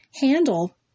handle